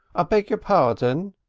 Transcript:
ah beg your pardon?